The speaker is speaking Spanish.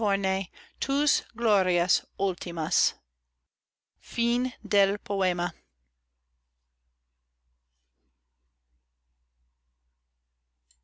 tus glorias últimas